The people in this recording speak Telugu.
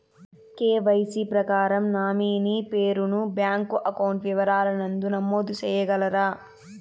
కె.వై.సి ప్రకారం నామినీ పేరు ను బ్యాంకు అకౌంట్ వివరాల నందు నమోదు సేయగలరా?